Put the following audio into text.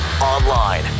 online